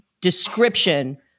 description